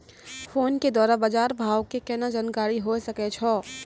Phone के द्वारा बाज़ार भाव के केना जानकारी होय सकै छौ?